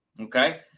Okay